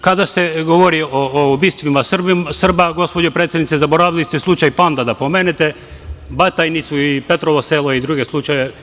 Kada se govori o ubistvima Srba, gospođo predsednice, zaboravili ste slučaj Panda da pomenete, Batajnicu i Petrovo Selo i druge slučajeve.